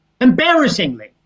Embarrassingly